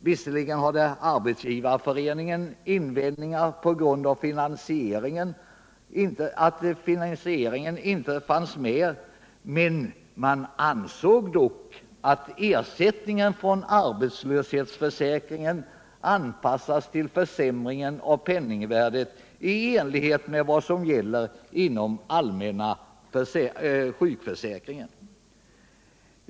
Visserligen hade Arbetsgivareföreningen invändningar på grund av att finansieringen inte fanns med, men man ansåg att ersättningen från arbetslöshetsförsäkringen skulle anpassas till försämringen av penningvärdet i enlighet med vad som gäller inom den allmänna sjukförsäkringen.